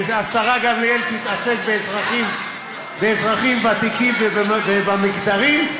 השרה גמליאל תתעסק באזרחים ותיקים ובמגדרים,